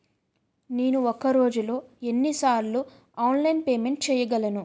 నేను ఒక రోజులో ఎన్ని సార్లు ఆన్లైన్ పేమెంట్ చేయగలను?